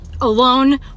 alone